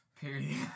period